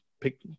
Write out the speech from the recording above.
pick